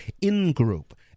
in-group